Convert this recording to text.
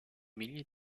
milliers